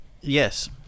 Yes